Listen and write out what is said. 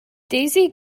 daisy